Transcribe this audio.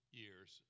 years